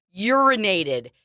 Urinated